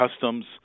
Customs